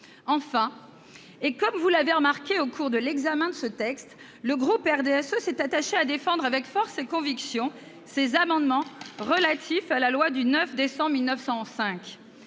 Enfin, comme vous l'avez remarqué, au cours de l'examen de ce texte, les élus du groupe du RDSE se sont attachés à défendre avec force leurs convictions, avec leurs amendements relatifs à la loi du 9 décembre 1905.